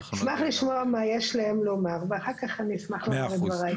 אני אשמח לשמוע מה יש להם לומר ואחר כך אני אשמח לומר את דבריי.